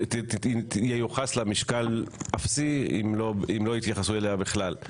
ייוחס לה משקל אפסי אם לא התייחסות אליה בכלל.